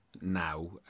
now